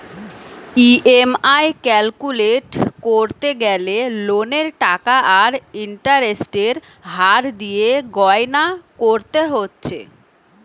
EMI calculate কোরতে গ্যালে লোনের টাকা আর ইন্টারেস্টের হার দিয়ে গণনা কোরতে হচ্ছে